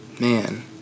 man